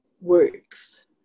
works